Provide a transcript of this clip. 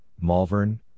Malvern